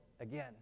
again